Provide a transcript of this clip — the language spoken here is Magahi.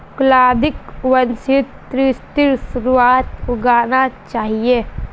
गुलाउदीक वसंत ऋतुर शुरुआत्त उगाना चाहिऐ